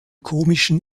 komischen